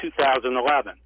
2011